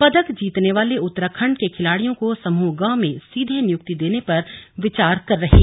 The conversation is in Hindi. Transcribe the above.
पदक जीतने वाले उत्तराखंड के खिलाड़ियों को समूह ग में सीधे नियुक्ति देने पर विचार कर रही है